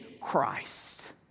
Christ